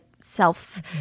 self